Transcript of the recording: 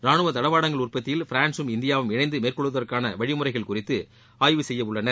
ராணுவ தளவாடங்கள் உற்பத்தியில் பிரான்சும் இந்தியாவும் இணைந்து மேற்கொள்வதற்கான வழி முறைகள் குறித்து ஆய்வு செய்யவுள்ளனர்